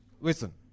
Listen